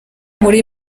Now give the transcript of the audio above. muri